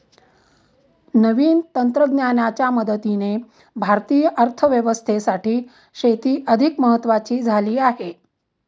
नवीन तंत्रज्ञानाच्या मदतीने भारतीय अर्थव्यवस्थेसाठी शेती अधिक महत्वाची झाली आहे